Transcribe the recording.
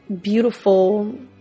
beautiful